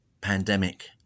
pandemic